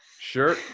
Sure